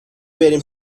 بریم